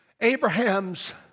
Abraham's